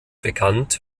bekannt